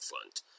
front